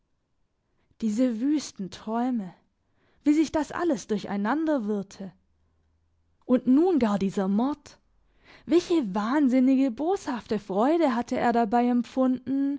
diese wüsten träume wie sich das alles durcheinanderwirrte und nun gar dieser mord welche wahnsinnige boshafte freude hatte er dabei empfunden